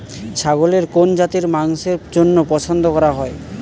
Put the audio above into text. ছাগলের কোন জাতের মাংসের জন্য পছন্দ করা হয়?